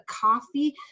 coffee